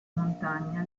montagna